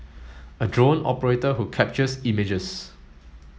a drone operator who captures images